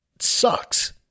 sucks